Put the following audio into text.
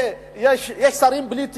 יש שרים בלי תיק,